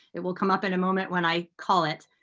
it will come up in a moment when i call it.